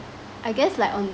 I guess like on